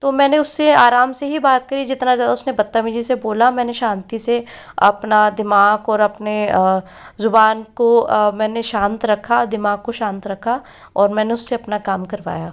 तो मैंने उससे आराम से ही बात करी जितना ज़्यादा उसने बदतमीजी से बोला मैंने शांति से अपना दिमाग और अपने ज़ुबान को मैंने शांत रखा दिमाग को शांत रखा और मैंने उससे अपना काम करवाया